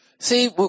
see